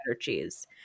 cheese